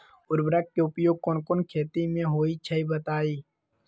उर्वरक के उपयोग कौन कौन खेती मे होई छई बताई?